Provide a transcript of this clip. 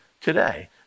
today